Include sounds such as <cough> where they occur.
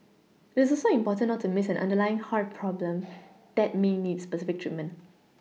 it is also important not to Miss an underlying heart problem <noise> that may need specific treatment